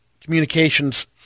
communications